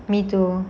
me too